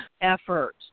effort